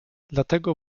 dlatego